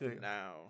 now